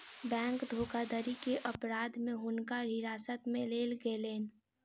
bank धोखाधड़ी के अपराध में हुनका हिरासत में लेल गेलैन